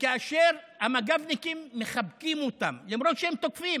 וכאשר המג"בניקים מחבקים אותם, למרות שהם תוקפים,